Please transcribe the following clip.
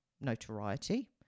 Notoriety